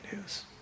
news